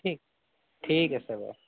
ঠিক ঠিক আছে বাৰু